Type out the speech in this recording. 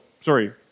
sorry